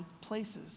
places